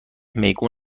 میگو